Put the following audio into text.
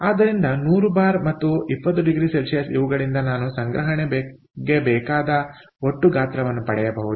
ಆದ್ದರಿಂದ 100 ಬಾರ್ ಮತ್ತು 20oC ಇವುಗಳಿಂದ ನಾನು ಸಂಗ್ರಹಣೆಗೆ ಬೇಕಾದ ಒಟ್ಟು ಗಾತ್ರವನ್ನು ಪಡೆಯಬಹುದು